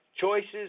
Choices